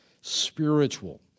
Spiritual